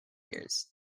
years